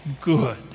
good